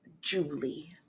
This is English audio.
Julie